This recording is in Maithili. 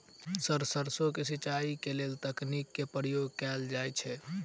सर सैरसो केँ सिचाई केँ लेल केँ तकनीक केँ प्रयोग कैल जाएँ छैय?